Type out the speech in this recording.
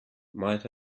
might